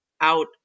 out